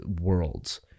worlds